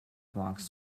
box